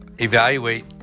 evaluate